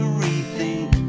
rethink